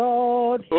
Lord